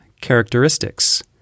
characteristics